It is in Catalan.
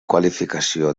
qualificació